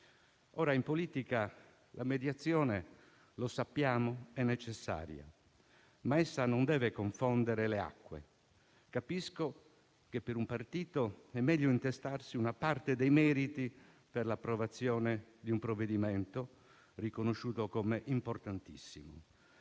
In politica la mediazione, lo sappiamo, è necessaria, ma essa non deve confondere le acque. Capisco che per un partito è meglio intestarsi una parte dei meriti per l'approvazione di un provvedimento riconosciuto come importantissimo,